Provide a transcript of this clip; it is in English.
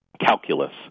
Calculus